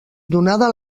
donada